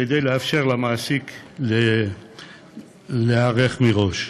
כדי לאפשר למעסיק להיערך מראש.